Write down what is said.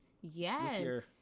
Yes